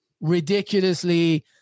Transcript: ridiculously